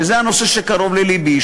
שזה הנושא שקרוב ללבי.